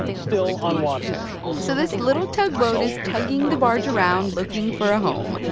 still unwanted so this little tugboat is tugging the barge around, looking for a home.